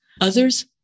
Others